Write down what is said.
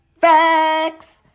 Facts